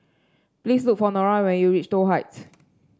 please look for Nora when you reach Toh Heights